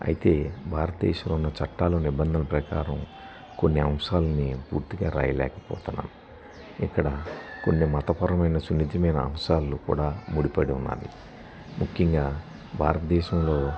అయితే భారతదేశంలో ఉన్న చట్టాలు నిబంధన ప్రకారం కొన్ని అంశాలని పూర్తిగా రాయలేకపోతున్నాం ఇక్కడ కొన్ని మతపరమైన సున్నితమైన అంశాలు కూడా ముడిపడి ఉన్నా ముఖ్యంగా భారతదేశంలో